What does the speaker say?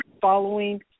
following